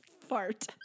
fart